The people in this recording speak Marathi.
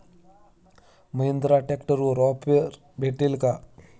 महिंद्रा ट्रॅक्टरवर ऑफर भेटेल का?